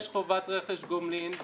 יש חובת רכש גומלין.